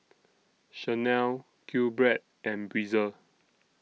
Chanel Q Bread and Breezer